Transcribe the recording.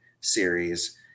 series